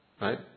Right